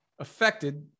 affected